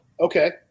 Okay